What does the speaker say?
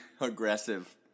aggressive